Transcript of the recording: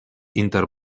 inter